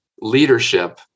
leadership